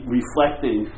reflecting